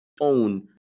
own